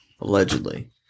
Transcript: allegedly